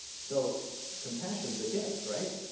so compassion's a gift, right?